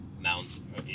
mount